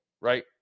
right